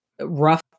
Rough